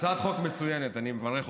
הצעת חוק מצוינת, אני מברך אותך.